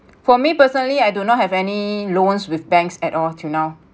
for me personally I do not have any loans with banks at all till now